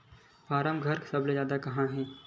form घर सबले जादा कहां हे